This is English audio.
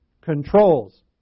controls